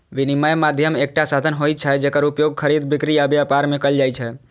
विनिमय माध्यम एकटा साधन होइ छै, जेकर उपयोग खरीद, बिक्री आ व्यापार मे कैल जाइ छै